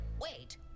Wait